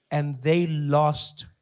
and they lost,